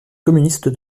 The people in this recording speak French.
communiste